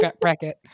bracket